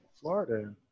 Florida